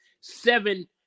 seven